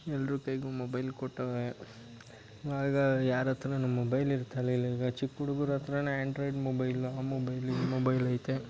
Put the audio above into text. ಎಲ್ಲರ ಕೈಗೂ ಮೊಬೈಲ್ ಕೊಟ್ಟವರೆ ಆಗ ಯಾರ ಹತ್ರವೂ ಮೊಬೈಲ್ ಇರ್ತಾ ಇರಲಿಲ್ಲ ಈಗ ಚಿಕ್ಕ ಹುಡ್ಗುರು ಹತ್ರವೇ ಆಂಡ್ರಾಯ್ಡ್ ಮೊಬೈಲು ಆ ಮೊಬೈಲ್ ಈ ಮೊಬೈಲ್ ಐತೆ